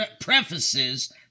prefaces